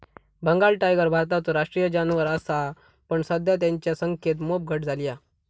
Bengal tiger भारताचो राष्ट्रीय जानवर असा पण सध्या तेंच्या संख्येत मोप घट झाली हा